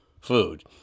food